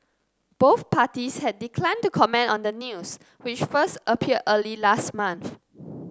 both parties had declined to comment on the news which first appeared early last month